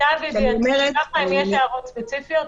למיטב ידיעתי אם יש הערות ספציפיות,